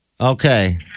okay